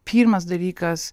pirmas dalykas